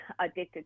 addicted